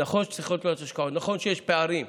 נכון שצריך לראות יותר השקעות, נכון שיש פערים.